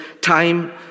time